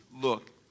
look